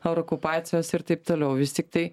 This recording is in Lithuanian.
ar okupacijos ir taip toliau vis tiktai